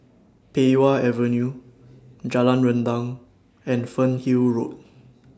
Pei Wah Avenue Jalan Rendang and Fernhill Road